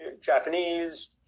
Japanese